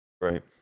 Right